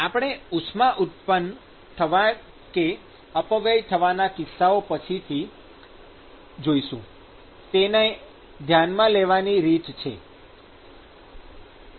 આપણે ઉષ્મા ઉત્પન્ન થવાના કે અપવ્યય થવાના કિસ્સાઓ પછીથી જોઈશું તેને ધ્યાનમાં લેવાની રીતો છે